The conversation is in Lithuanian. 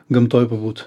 gamtoj pabūt